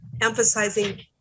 emphasizing